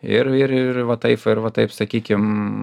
ir ir va taip ir va taip sakykim